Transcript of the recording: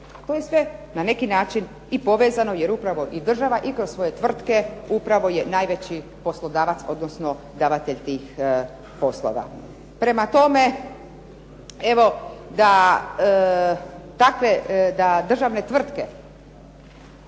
To je sve na neki način i povezano, jer upravo i država i kroz svoje tvrtke upravo je najveći poslodavac, odnosno davatelj tih poslova. Prema tome, evo da takve, da državne tvrtke